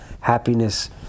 happiness